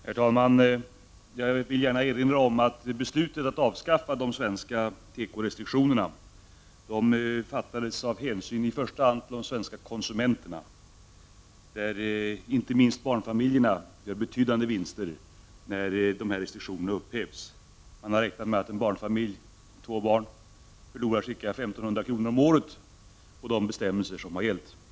Herr talman! Jag vill gärna erinra om att beslutet om att avskaffa de svenska tekorestriktionerna fattades av hänsyn till i första hand de svenska konsumenterna. Inte minst barnfamiljerna gör betydande vinster när dessa restriktioner upphävs. Man har räknat med att en familj med två barn förlorar ca 1 500 kr. om året på de bestämmelser som har gällt hittills.